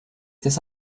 this